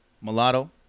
Mulatto